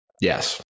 Yes